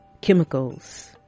chemicals